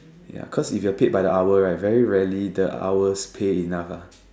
ya cause if you're paid by the hour right very rarely the hours pay enough lah